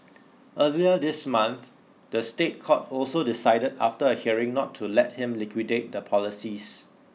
earlier this month the State Court also decided after a hearing not to let him liquidate the policies